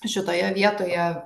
šitoje vietoje